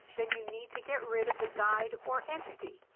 then you need to get rid of the guide or entity.